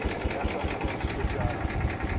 the athletic folks, good job on that.